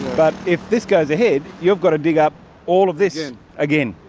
but if this goes ahead you've got to dig up all of this and again,